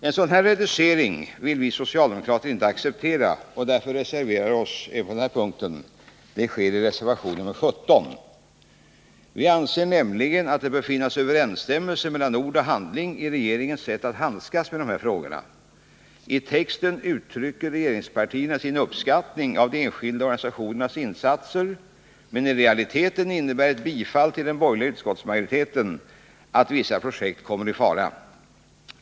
En sådan reducering av anslaget vill vi socialdemokrater inte acceptera, och därför reserverar vi oss även på denna punkt. Det sker i reservation nr 17: Vi anser nämligen att det bör finnas överensstämmelse mellan ord och handling i regeringens sätt att handskas med dessa frågor. I texten uttrycker regeringspartierna sin uppskattning av de enskilda organisationernas insatser, men i realiteten innebär ett bifall till den borgerliga utskottsmajoriteten att vissa projekt kommer i fara.